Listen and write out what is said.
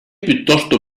piuttosto